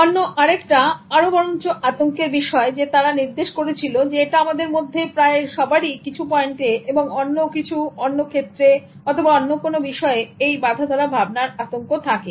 অন্য আরেকটা আরও বরঞ্চ আতঙ্কের বিষয় যে তারা নির্দেশ করেছিল যে এটা আমাদের মধ্যে প্রায় সবারই কিছু পয়েন্টে এবং অন্য কিছু অন্য ক্ষেত্রে অথবা অন্য কোন বিষয়ে এই বাঁধাধরা ভাবনার আতঙ্ক থাকে